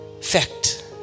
Fact